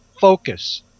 focus